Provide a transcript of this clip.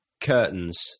curtains